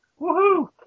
Woohoo